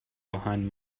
behind